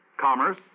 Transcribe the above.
Commerce